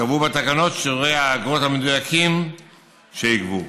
ייקבעו בתקנות שיעורי האגרות המדויקים שייגבו.